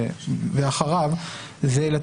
ברור שלא דומה זה לזה.